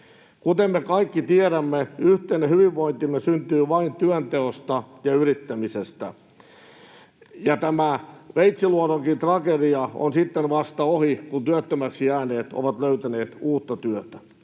Kuten me kaikki tiedämme, yhteinen hyvinvointimme syntyy vain työnteosta ja yrittämisestä. Ja tämä Veitsiluodonkin tragedia on vasta sitten ohi, kun työttömäksi jääneet ovat löytäneet uutta työtä.